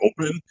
open